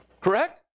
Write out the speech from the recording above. Correct